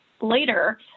later